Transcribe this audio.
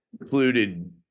included